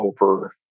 over